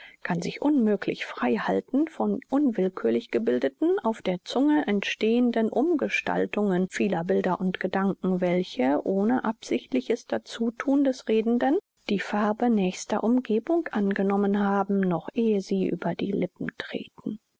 kann sich unmöglich frei halten von unwillkürlich gebildeten auf der zunge entstehenden umgestaltungen vieler bilder und gedanken welche ohne absichtliches dazuthun des redenden die farbe nächster umgebung angenommen haben noch ehe sie über die lippen treten